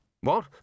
What